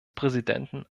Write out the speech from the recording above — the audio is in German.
präsidenten